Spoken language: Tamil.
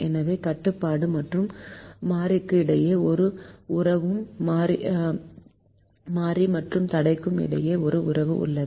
எனவே கட்டுப்பாடு மற்றும் மாறிக்கு இடையே ஒரு உறவும் மாறி மற்றும் தடைக்கும் இடையே ஒரு உறவு உள்ளது